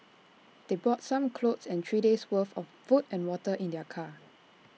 they brought some clothes and three days' worth of food and water in their car